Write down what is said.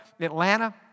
Atlanta